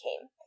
came